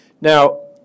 Now